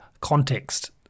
context